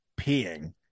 peeing